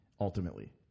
ultimately